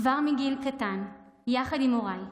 כבר מגיל קטן, יחד עם הוריי,